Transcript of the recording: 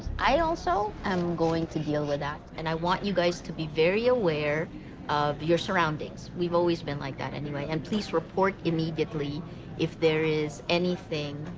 i also am going to deal with that. and i want you guys to be very aware of your surroundings. we've always been like that, anyway, and please report immediately if there is anything,